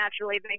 naturally